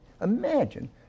imagine